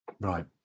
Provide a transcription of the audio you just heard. Right